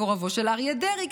מקורבו של אריה דרעי,